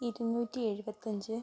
ഇരുന്നൂറ്റി എഴുപത്തഞ്ച്